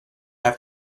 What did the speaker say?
have